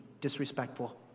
disrespectful